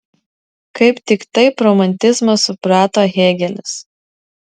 kaip tik taip romantizmą suprato hėgelis